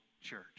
church